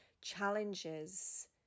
challenges